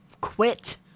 quit